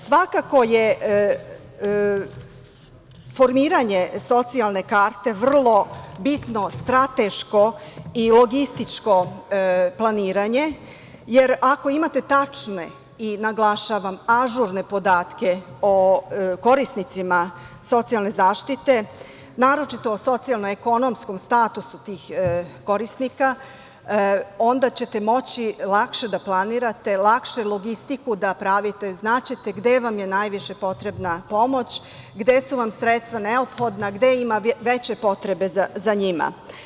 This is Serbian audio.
Svakako je formiranje Socijalne karte vrlo bitno, strateško i logističko planiranje, jer ako imate tačne i, naglašavam, ažurne podatke o korisnicima socijalne zaštite, naročito o socijalno – ekonomskom statusu tih korisnika onda ćete moći lakše da planirate, lakše logistiku da pravite, znaćete gde vam je najviše potrebna pomoć, gde su vam sredstva neophodna, gde ima veće potrebe za njima.